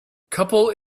couple